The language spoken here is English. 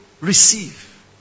receive